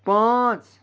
پانٛژ